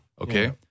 Okay